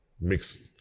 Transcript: mixed